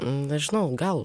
nežinau gal